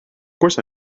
course